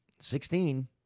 Sixteen